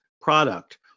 product